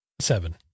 seven